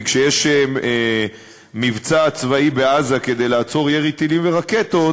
כי כשיש מבצע צבאי בעזה כדי לעצור ירי טילים ורקטות,